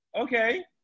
okay